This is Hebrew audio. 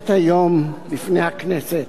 מובאת היום בפני הכנסת